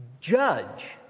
Judge